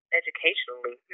educationally